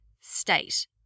state